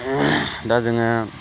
दा जोङो